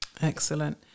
Excellent